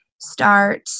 start